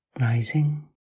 rising